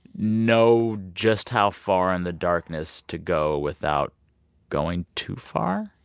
know just how far in the darkness to go without going too far?